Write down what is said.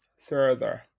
further